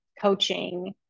coaching